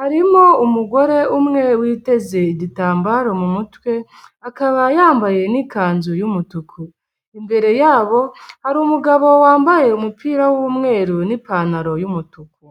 harimo umugore umwe witeze igitambaro mu mutwe akaba yambaye n'ikanzu y'umutuku, imbere yabo hari umugabo wambaye umupira w'umweru n'ipantaro y'umutuku.